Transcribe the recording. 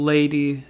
Lady